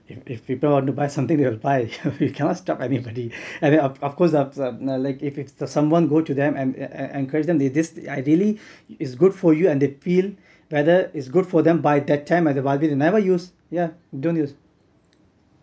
if if people want to buy something they'll but you cannot stop anybody and then of course uh like if someone go to them and and encourage them that this is really good for you and they feel whether it's good for them by that time at the bargain they never use yeah don't use